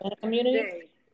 community